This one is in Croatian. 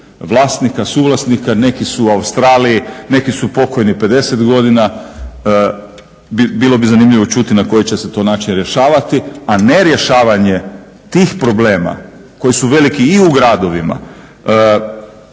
vlasnika, suvlasnika, neki su u Australiji, neki su pokojni 50 godina bilo bi zanimljivo čuti na koje će se to načine rješavati, a ne rješavanje tih problema koji su veliki i u gradovima.